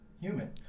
human